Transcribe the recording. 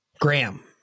Graham